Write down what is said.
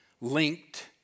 linked